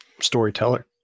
storyteller